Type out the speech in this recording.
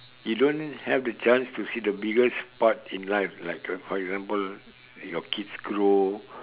you don't have the chance to see the biggest part in life like a for example your kids grow